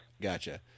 Gotcha